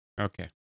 Okay